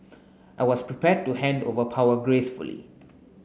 I was prepared to hand over power gracefully